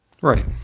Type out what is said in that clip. Right